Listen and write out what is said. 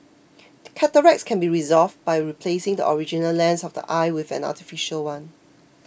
cataracts can be resolved by replacing the original lens of the eye with an artificial one